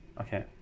Okay